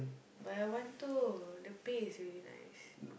but I want to the pay is really nice